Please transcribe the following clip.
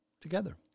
together